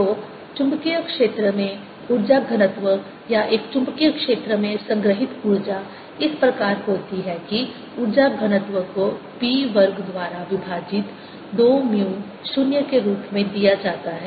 तो चुंबकीय क्षेत्र में ऊर्जा घनत्व या एक चुंबकीय क्षेत्र में संग्रहीत ऊर्जा इस प्रकार होती है कि ऊर्जा घनत्व को B वर्ग द्वारा विभाजित 2 म्यू 0 के रूप में दिया जाता है